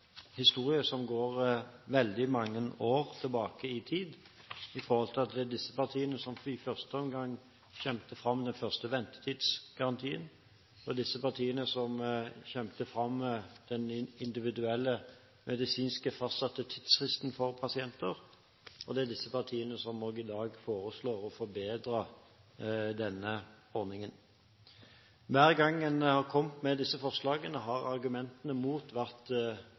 historie som går veldig mange år tilbake i tid, ut fra at det er disse partiene som i første omgang kjempet fram den første ventetidsgarantien, det er disse partiene som kjempet fram den individuelt fastsatte medisinske tidsfristen for pasienter, og det er også disse partiene som i dag foreslår å forbedre denne ordningen. Hver gang en har kommet med disse forslagene, har argumentene imot vært